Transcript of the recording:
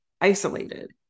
isolated